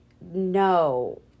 no